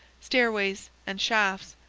stairways, and shafts.